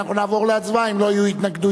אנחנו נעבור להצבעה אם לא יהיו התנגדויות.